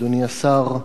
אדוני השר,